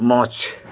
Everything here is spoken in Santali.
ᱢᱚᱸᱡᱽ